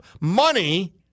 money